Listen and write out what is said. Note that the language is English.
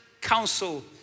council